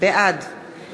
בעד